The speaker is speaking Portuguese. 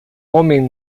homem